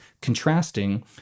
contrasting